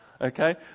Okay